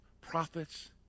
prophets